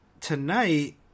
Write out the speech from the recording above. tonight